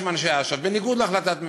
עם אנשי אש"ף בניגוד להחלטת הממשלה,